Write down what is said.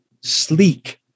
sleek